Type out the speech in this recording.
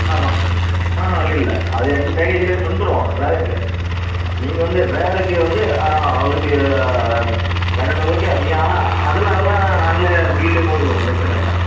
ஆமாம் ஆஹான் இல்லை இல்லை இல்லை அது எங்கள் பேக்கேஜில் வந்துடும் டிரைவருக்கு நீங்கள் வந்து டிரைவருக்கு வந்து அவருக்கு வேணும்ன்னா ஓகே நீங்கள் ஆஹான் அதலாம் அதெல்லாம் நாங்களே பில்லுலேயே போட்டுக்கிறோம் பிரச்சனை இல்லை